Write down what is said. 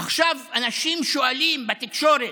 עכשיו, אנשים שואלים בתקשורת,